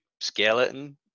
skeleton